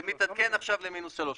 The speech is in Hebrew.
זה מתעדכן עכשיו למינוס 3,